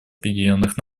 объединенных